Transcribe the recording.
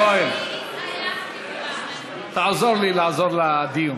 יואל, תעזור לי לעזור לדיון.